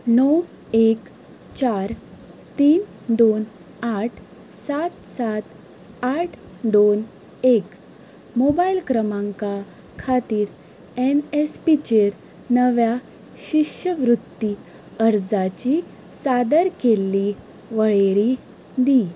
णव एक चार तीन दोन आठ सात सात आठ दोन एक मोबायल क्रमांका खातीर एनएसपीचेर नव्या शिश्यवृत्ती अर्जांची सादर केल्ली वळेरी दी